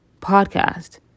podcast